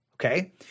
Okay